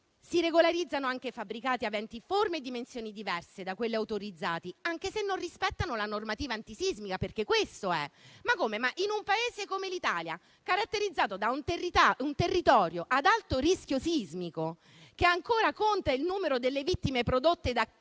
si regolarizzano anche fabbricati aventi forme e dimensioni diverse da quelli autorizzati, anche se non rispettano la normativa antisismica. In un Paese come l'Italia, caratterizzato da un territorio ad alto rischio sismico, che ancora conta il numero delle vittime prodotte da questi